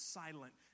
silent